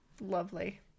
lovely